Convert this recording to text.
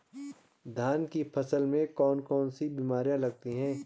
धान की फसल में कौन कौन सी बीमारियां लगती हैं?